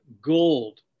gold